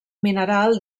mineral